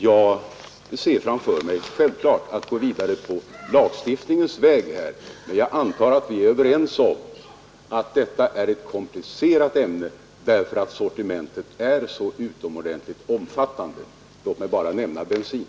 Jag ser självfallet framför mig att vi skall kunna gå vidare på lagstiftningens väg. Men jag antar att vi är överens om att detta är en komplicerad fråga därför att sortimentet är så utomordentligt omfattande. Låt mig bara nämna bensin.